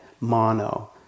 mono